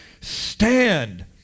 Stand